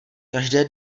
každé